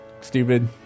stupid